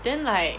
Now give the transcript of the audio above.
then like